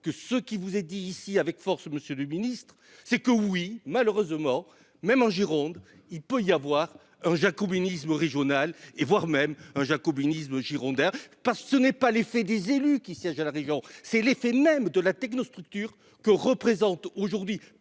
que ce qui vous est dit ici avec force, Monsieur le Ministre, c'est que oui, malheureusement. Même en Gironde. Il peut y avoir un jacobinisme régional et voire même un jacobinisme Girondins parce que ce n'est pas l'effet des élus qui siègent à la Réunion. C'est l'effet nems de la technostructure. Que représente, aujourd'hui,